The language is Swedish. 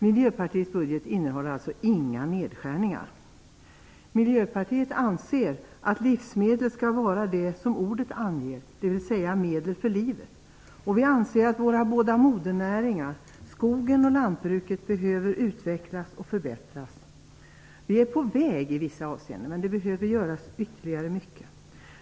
Miljöpartiets budget innehåller alltså inga nedskärningar! Miljöpartiet anser att livsmedel skall vara det som ordet anger, dvs. medel för livet. Vi anser att våra båda modernäringar, skogen och lantbruket, behöver utvecklas och förbättras. Vi är på väg i vissa avseenden, men än behöver mycket göras.